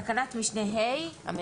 תקנת משנה (ה) תימחק.